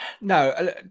No